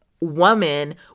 woman